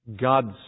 God's